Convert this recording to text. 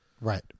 Right